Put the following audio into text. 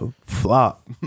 Flop